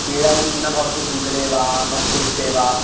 पीडा इति न भवति उदरे वा मस्तिष्के वा